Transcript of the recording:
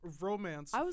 romance